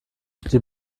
die